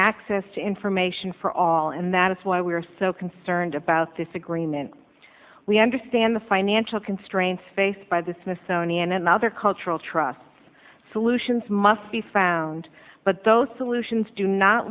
access to information for all and that is why we are so concerned about this agreement we understand the financial constraints faced by the smithsonian and other cultural truss solutions must be found but those solutions do not